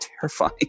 terrifying